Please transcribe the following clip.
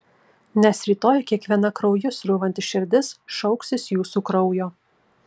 nes rytoj kiekviena krauju srūvanti širdis šauksis jūsų kraujo